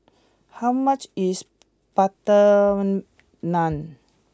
how much is Butter Naan